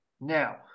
Now